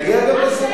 נגיע גם לזה.